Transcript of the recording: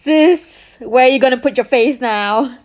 where you going to put your face now